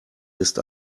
ist